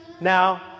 Now